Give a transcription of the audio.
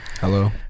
Hello